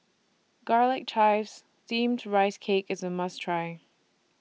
Garlic Chives Steamed Rice Cake IS A must Try